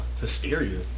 hysteria